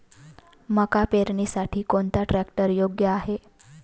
मका पेरणीसाठी कोणता ट्रॅक्टर योग्य आहे?